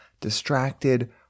distracted